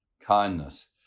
kindness